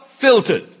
filtered